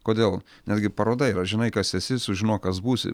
kodėl netgi paroda yra žinai kas esi sužinok kas būsi